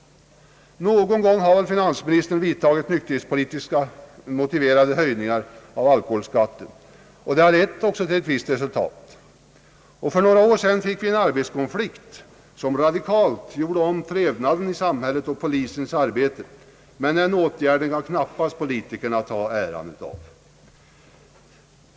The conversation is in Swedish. Någon gång har väl finansministern vidtagit nykterhetspolitiskt motiverade höjningar av alkoholskatten, och det har lett till visst resultat. För några år sedan fick vi en arbetskonflikt som radikalt ändrade villkoren för trevnaden i samhället och polisens arbete, men den åtgärden kan knappast politikerna ta äran av.